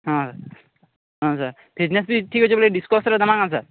ହଁ ହଁ sir fitness ବି ଠିକ୍ ଅଛେ ବେଲେ ଡିସ୍କସ୍ରେ ଦେମା କେଁ ସାର୍